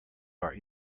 are